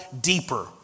deeper